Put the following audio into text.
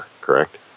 correct